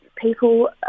people